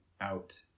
Out